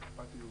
האכפתיות,